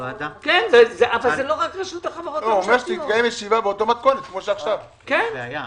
הוועדה יכולה לעשות דיון,